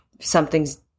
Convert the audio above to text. something's